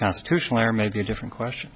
constitutional or maybe a different question